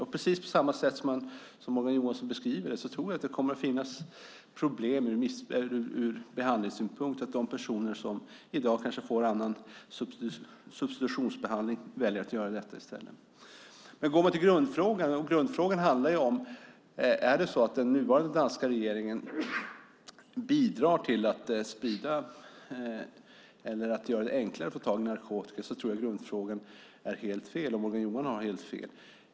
Jag tror att det kommer att bli problem ur behandlingssynpunkt precis på det sätt som Morgan Johansson beskriver: De personer som i dag kanske får annan substitutionsbehandling väljer att göra detta i stället. Går man till grundfrågan - om den nuvarande danska regeringen bidrar till att sprida eller göra det enklare att få tag i narkotika - tror jag dock att Morgan Johansson har helt fel.